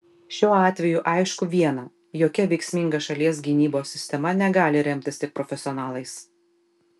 šiuo atveju aišku viena jokia veiksminga šalies gynybos sistema negali remtis tik profesionalais